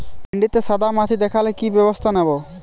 ভিন্ডিতে সাদা মাছি দেখালে কি ব্যবস্থা নেবো?